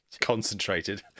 Concentrated